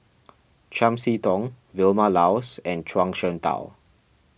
Chiam See Tong Vilma Laus and Zhuang Shengtao